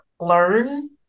learn